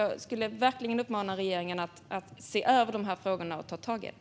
Jag skulle verkligen vilja uppmana regeringen att se över de här frågorna och ta tag i dem.